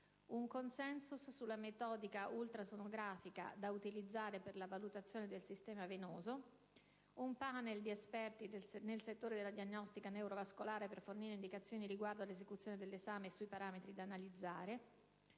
un *consensus* sulla metodica ultrasonografica da utilizzare per la valutazione del sistema venoso; un *panel* di esperti nel settore della diagnostica neurovascolare per fornire indicazioni riguardo all'esecuzione dell'esame e sui parametri da analizzare;